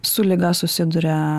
su liga susiduria